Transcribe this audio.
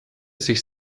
sich